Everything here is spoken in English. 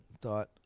thought